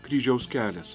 kryžiaus kelias